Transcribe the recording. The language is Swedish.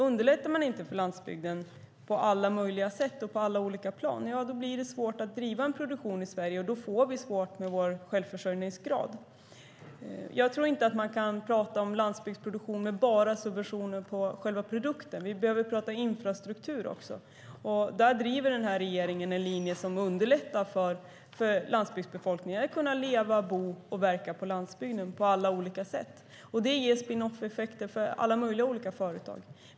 Underlättar man inte för landsbygden på alla möjliga sätt och på alla olika plan blir det svårt att driva en produktion i Sverige, och då får vi svårt med vår självförsörjningsgrad. Jag tror inte att man kan tala om livsmedelsproduktion med bara subventioner på själva produkten. Vi behöver tala om infrastruktur också. Där driver den här regeringen en linje som underlättar för landsbygdsbefolkningen att kunna leva, bo och verka på landsbygden. Det ger spinoffeffekter för alla möjliga olika företag.